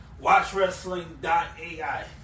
Watchwrestling.ai